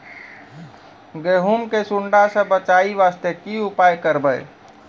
गहूम के सुंडा से बचाई वास्ते की उपाय करबै?